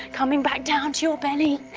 coming back down to your belly